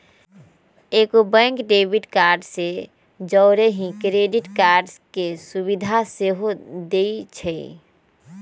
कएगो bank debit card के जौरही क्रेडिट कार्ड के सुभिधा सेहो देइ छै